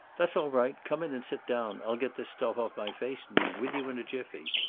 that's all right. come in and sit down. i'll get this stuff off my face and be with you in a jiffy.